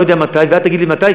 לא יודע מתי ואל תגיד לי מתי,